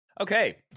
Okay